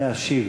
להשיב.